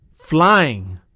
flying